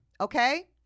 Okay